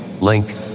Link